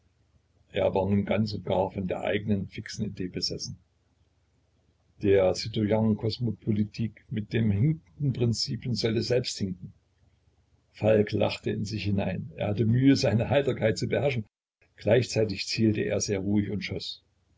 er war nun ganz und gar von einer einzigen fixen idee besessen der citoyen cosmopolitique mit den hinkenden prinzipien sollte selbst hinken falk lachte in sich hinein er hatte mühe seine heiterkeit zu beherrschen gleichzeitig zielte er sehr ruhig und schoß